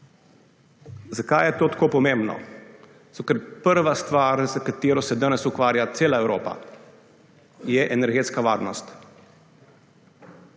Zakaj je to tako pomembno? Zato ker prva stvar, s katero se danes ukvarja cela Evropa, je energetska varnost.